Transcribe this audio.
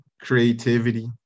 creativity